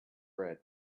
red